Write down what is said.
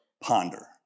ponder